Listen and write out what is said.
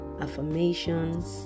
Affirmations